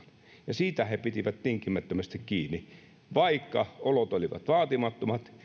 ja siitä he pitivät tinkimättömästi kiinni vaikka olot olivat vaatimattomat